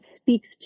speaks